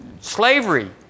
slavery